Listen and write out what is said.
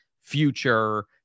future